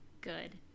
Good